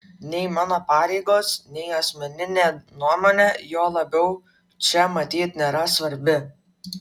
nei mano pareigos nei asmeninė nuomonė juo labiau čia matyt nėra svarbi